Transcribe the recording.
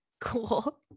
Cool